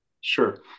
Sure